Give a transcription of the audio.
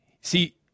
See